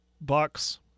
Bucks